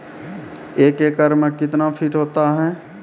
एक एकड मे कितना फीट होता हैं?